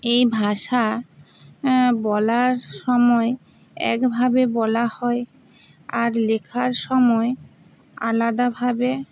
এই ভাষা বলার সময় একভাবে বলা হয় আর লেখার সময় আলাদাভাবে